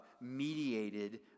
mediated